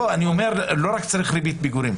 לא רק ריבית פיגורים.